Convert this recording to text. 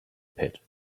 pit